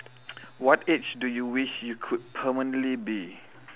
what age do you wish you could permanently be